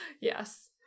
yes